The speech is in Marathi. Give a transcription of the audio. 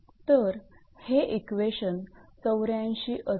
तर हे इक्वेशन 84 असेल